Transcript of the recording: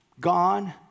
gone